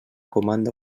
comanda